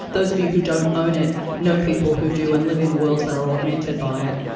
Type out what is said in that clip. those of you who don't own it know people who do and live in worlds that are augmented by it.